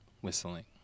whistling